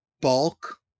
bulk